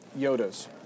Yodas